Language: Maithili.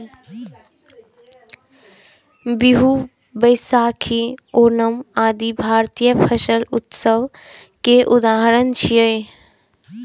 बीहू, बैशाखी, ओणम आदि भारतीय फसल उत्सव के उदाहरण छियै